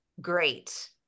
Great